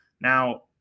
now